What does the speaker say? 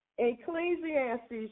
Ecclesiastes